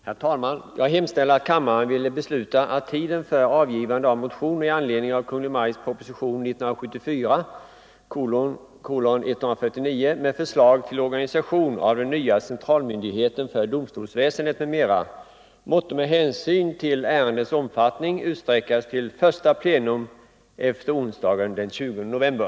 Herr talman! Jag hemställer att kammaren ville besluta att tiden för avgivande av motioner i anledning av Kungl. Maj:ts proposition 1974:149 med förslag till organisation av den nya centralmyndigheten för domstolsväsendet m.m. måtte med hänsyn till ärendets omfattning utsträckas till första plenum efter onsdagen den 20 november.